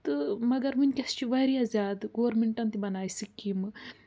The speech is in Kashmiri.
تہٕ مگر وٕنۍکٮ۪س چھِ وارِیاہ زیادٕ گورمٮ۪نٛٹن تہِ بنایہِ سِکیٖمہٕ